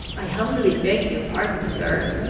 i humbly beg your pardon, sir,